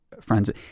friends